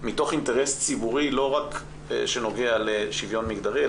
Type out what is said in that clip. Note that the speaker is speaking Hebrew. מתוך אינטרס ציבורי לא רק שנוגע לשוויון מגדרי,